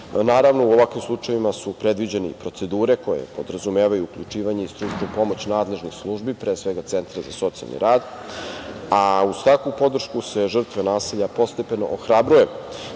nasilja. U ovakvim slučajevima su predviđene procedure koje podrazumevaju uključivanje i stručnu pomoć nadležnih službi, pre svega centra za socijalni rad, a uz takvu podršku se žrtva nasilja postepeno ohrabruje